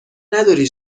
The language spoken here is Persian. نداری